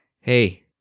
hey